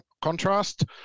contrast